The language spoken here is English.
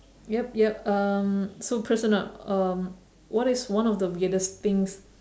yup yup um so personal um what is one of the weirdest things